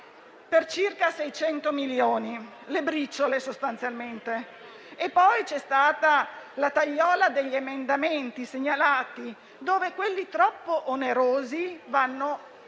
per circa 600 milioni, briciole sostanzialmente. Poi c'è stata la tagliola degli emendamenti segnalati, per cui quelli troppo onerosi vanno